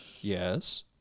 Yes